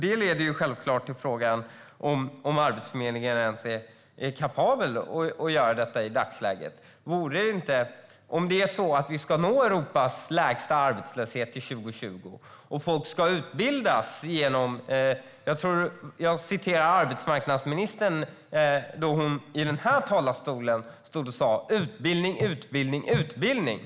Detta leder självklart till frågan om huruvida Arbetsförmedlingen ens är kapabel att göra detta i dagsläget. Om vi ska nå Europas lägsta arbetslöshet till 2020 måste folk utbildas. Arbetsmarknadsministern har i den här talarstolen stått och sagt: Utbildning, utbildning, utbildning!